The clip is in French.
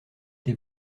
été